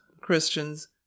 Christians